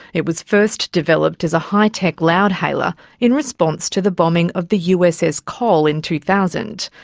it was first developed as a high-tech loudhailer in response to the bombing of the uss cole in two thousand,